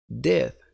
death